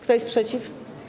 Kto jest przeciw?